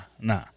Nah